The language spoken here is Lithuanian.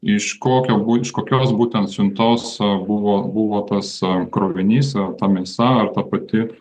iš kokio buč iš kokios būtent siuntos buvo buvo tas krovinys ta mėsa ar ta pati